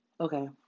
okay